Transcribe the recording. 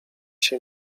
się